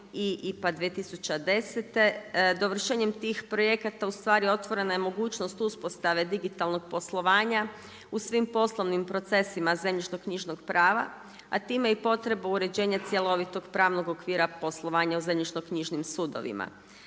i IPA 2010. Dovršenjem tih projekta otvorna je mogućnost uspostave digitalnog poslovanja u svim poslovnim procesima zemljišno-knjižnog prava, a time i potrebu uređenja cjelovitog pravnog okvira poslovanja u zemljišno-knjižnim sudovima.